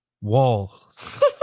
walls